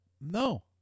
No